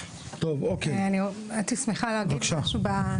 הייתי שמחה להגיד משהו.